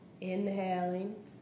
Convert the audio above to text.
Inhaling